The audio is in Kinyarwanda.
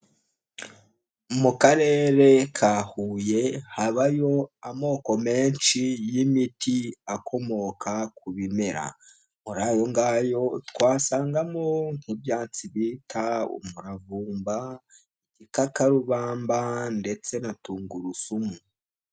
Mu karere ka Huye habayo amoko menshi y'imiti akomoka ku bimera, muri ayo ngayo twasangamo nk'ibyatsi bita umuravumba, igikakarubamba ndetse na tungurusumu.